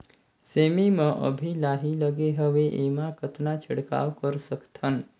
सेमी म अभी लाही लगे हवे एमा कतना छिड़काव कर सकथन?